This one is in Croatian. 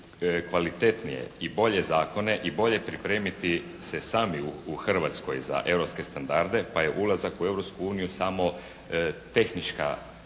kvalitetnije i bolje zakone i bolje pripremiti se sami u Hrvatskoj za europske standarde pa je ulazak u Europsku